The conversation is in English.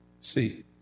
See